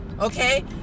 Okay